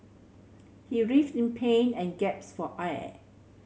he writhed in pain and gasped for air